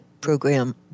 program